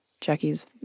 jackie's